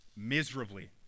miserably